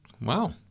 Wow